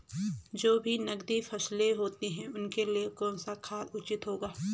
जो भी नकदी फसलें होती हैं उनके लिए कौन सा खाद उचित होगा?